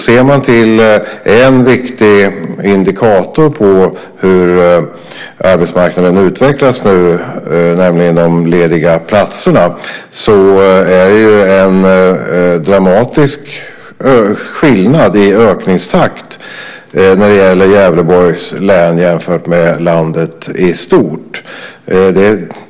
Ser vi till en viktig indikator på hur arbetsmarknaden utvecklas, nämligen lediga platser, är det en dramatisk skillnad i ökningstakt i Gävleborgs län jämfört med landet i stort.